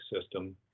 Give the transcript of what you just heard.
system